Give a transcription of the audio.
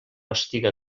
estiga